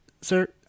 sir